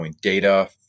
data